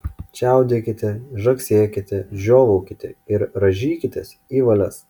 čiaudėkite žagsėkite žiovaukite ir rąžykitės į valias